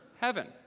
heaven